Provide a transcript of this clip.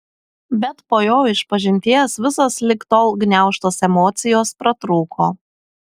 bet po jo išpažinties visos lig tol gniaužtos emocijos pratrūko